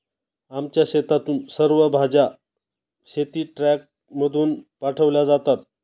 आमच्या शेतातून सर्व भाज्या शेतीट्रकमधून पाठवल्या जातात